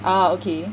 oh okay